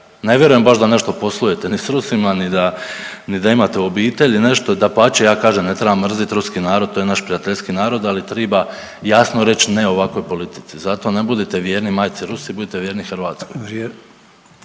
Ne vjerujem baš da nešto poslujete ni s Rusima, ni da imate u obitelji nešto, dapače ja kažem ne treba mrzit ruski narod, to je naš prijateljski narod, ali triba jasno reć ne ovakvoj politici, zato ne budite vjerni majci Rusiji budite vjerni Hrvatskoj.